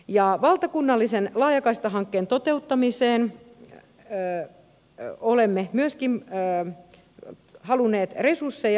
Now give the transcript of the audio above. myöskin valtakunnallisen laajakaistahankkeen toteuttamiseen olemme halunneet resursseja